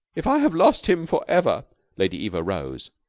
if i have lost him for ever lady eva rose.